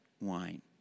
wine